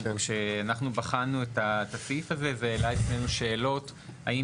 כשאנחנו בחנו את הסעיף הזה זה העלה אצלנו שאלות האם